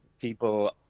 people